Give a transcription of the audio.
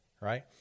right